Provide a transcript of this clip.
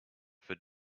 for